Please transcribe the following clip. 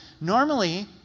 Normally